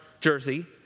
jersey